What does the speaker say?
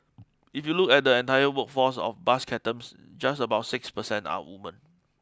if you look at the entire workforce of bus captains just about six percent are women